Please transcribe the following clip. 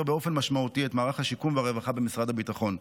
באופן משמעותי את מערך השיקום והרווחה במשרד הביטחון.